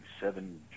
seven